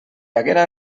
haguera